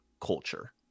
culture